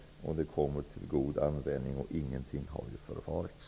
Den kommer till god användning, och ingenting har förfarits.